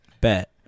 bet